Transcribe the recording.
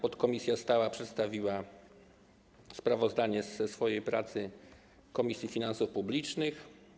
Podkomisja stała przedstawiła sprawozdanie ze swojej pracy Komisji Finansów Publicznych.